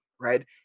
right